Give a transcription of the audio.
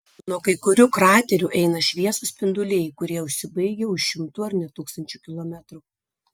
nuo kai kurių kraterių eina šviesūs spinduliai kurie užsibaigia už šimtų ar net tūkstančių kilometrų